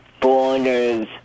borders